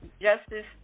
Justice